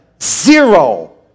zero